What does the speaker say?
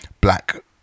black